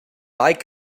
like